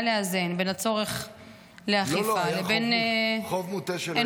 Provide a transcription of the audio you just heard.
לאזן בין הצורך לאכיפה לבין אנושיות.